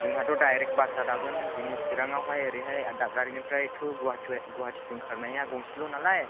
जोंहाथ' डायरेक्ट बासआ दाबोनो जोंनि चिरांआवहाय ओरैहाय दादगारिनिफ्राय टु गुवाहाटिसिम खारनाया गंसेल' नालाय